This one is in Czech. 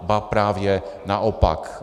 Ba právě naopak.